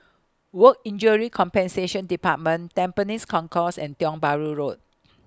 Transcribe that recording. Work Injury Compensation department Tampines Concourse and Tiong Bahru Road